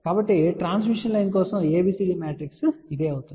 కాబట్టి transmission line కోసం ABCD matrix ఇదే అవుతుంది